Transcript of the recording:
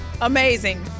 Amazing